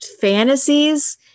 fantasies